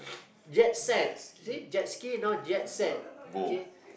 jet set you see jet ski now jet set okay